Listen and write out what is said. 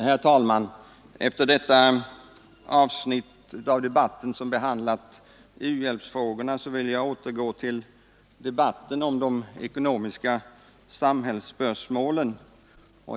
Herr talman! Efter det avsnitt i debatten som behandlat u-hjälpsfrågorna vill jag nu återgå till debatten om de ekonomiska samhällsspörsmålen.